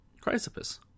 Chrysippus